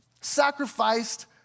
sacrificed